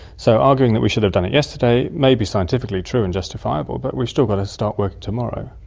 so arguing that we should have done it yesterday may be scientifically true and justifiable but we've still got to start working tomorrow.